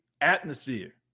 atmosphere